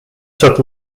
took